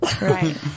Right